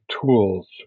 tools